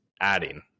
adding